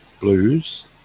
Blues